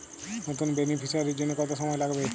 নতুন বেনিফিসিয়ারি জন্য কত সময় লাগবে?